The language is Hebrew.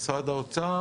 משרד האוצר?